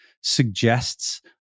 suggests